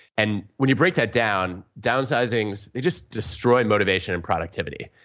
and when you break that down, downsizings just destroy motivation and productivity.